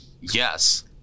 Yes